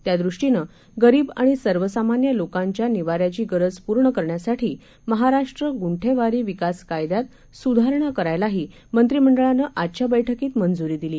त्यादृष्टीन गरीबआणिसर्वसामान्यलोकांच्यानिवाऱ्याचीगरजपूर्णकरण्यासाठीमहाराष्ट्रगुंठेवारीविकासकायद्यातसुधारणाकरायलाहीमं त्रिमंडळानंआजच्याबैठकीतमंजुरीदिली